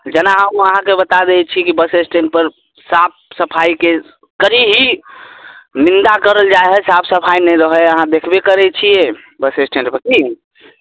जेना ओ अहाँके बता दै छी कि बस स्टैण्ड पर साफ सफाइके कड़ी निन्दा करल जाइ हइ सफाइ नहि रहै हइ अहाँ देखबे करै छियै बस स्टैण्ड पर की